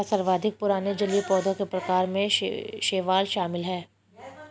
क्या सर्वाधिक पुराने जलीय पौधों के प्रकार में शैवाल शामिल है?